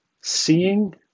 seeing